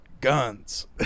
guns